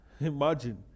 Imagine